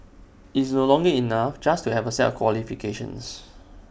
IT is no longer enough just to have A set of qualifications